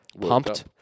pumped